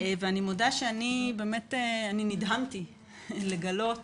אני מודה שאני נדהמתי לגלות